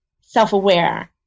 self-aware